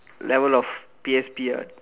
level of P_S_P what